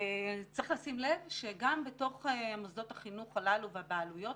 צריך לשים לב שגם בתוך מוסדות החינוך הללו והבעלויות,